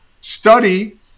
study